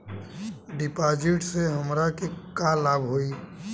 डिपाजिटसे हमरा के का लाभ होई?